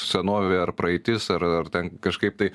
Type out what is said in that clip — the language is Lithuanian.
senovė ar praeitis ar ar ten kažkaip tai